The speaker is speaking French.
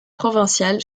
provincial